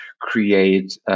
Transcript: create –